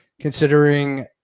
considering